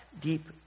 deep